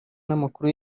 n’amakuru